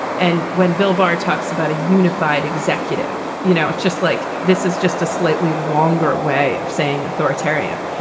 and when bill barr talks about a unified executive, you know, it's just like this is just a slightly longer way of saying authoritarian.